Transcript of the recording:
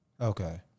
Okay